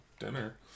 dinner